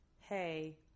hey